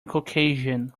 caucasian